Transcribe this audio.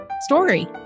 story